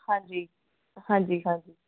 ਹਾਂਜੀ ਹਾਂਜੀ ਹਾਂਜੀ